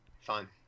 fine